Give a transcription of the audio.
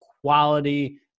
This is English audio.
quality